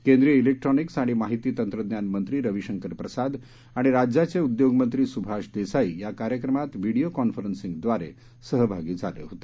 केंद्रीय जिक्ट्रॉनिक्स आणि माहिती तंत्रज्ञान मंत्री रविशंकर प्रसाद आणि राज्याचे उद्योगमंत्री सुभाष देसाई या कार्यक्रमात व्हिडिओ कॉन्फरन्सिंगद्वारे सहभागी झाले होते